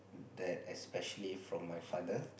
that especially from my father